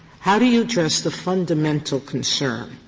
how do you address the fundamental concern,